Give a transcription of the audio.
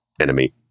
enemy